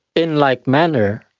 in like manner,